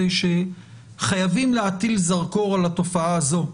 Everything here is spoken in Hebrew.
זה שחייבים להטיל זרקור על התופעה הזו.